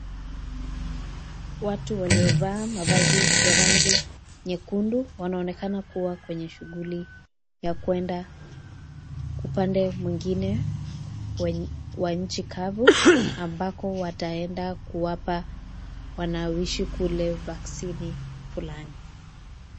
Watu waliovaa mavazi ya rangi nyekundu wanaonekana kuwa kwenye shughuli ya kuenda upande mwengine kwa nchi kavu ambako wataenda kuwapa wanaoishi kule vaksini fulani